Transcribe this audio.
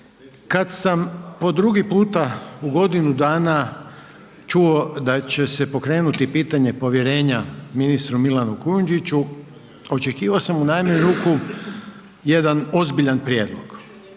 kad sam po drugi puta u godinu dana čuo da će se pokrenuti pitanje povjerenja ministru Milanu Kujundžiću, očekivao sam u najmanju ruku jedan ozbiljan prijedlog